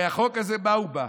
הרי החוק הזה, למה הוא בא?